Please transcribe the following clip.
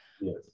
yes